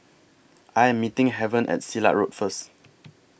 I Am meeting Heaven At Silat Road First